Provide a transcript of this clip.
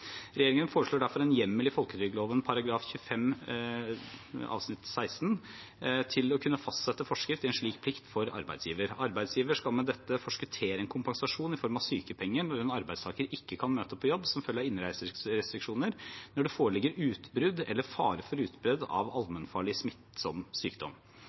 Regjeringen foreslår derfor en hjemmel i folketrygdloven § 25-16 til å kunne fastsette i forskrift en slik plikt for arbeidsgiver. Arbeidsgiver skal med dette forskuttere en kompensasjon i form av sykepenger når en arbeidstaker ikke kan møte på jobb som følge av innreiserestriksjoner når det foreligger utbrudd eller fare for utbrudd av allmennfarlig smittsom sykdom.